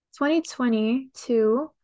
2022